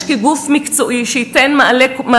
על